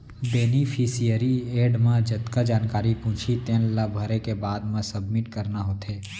beneficiary एड म जतका जानकारी पूछही तेन ला भरे के बाद म सबमिट करना होथे